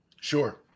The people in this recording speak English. Sure